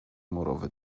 morowy